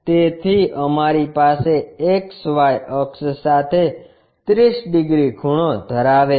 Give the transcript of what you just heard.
તેથી અમારી પાસે XY અક્ષ સાથે 30 ડિગ્રી ખૂણો ધરાવે છે